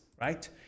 Right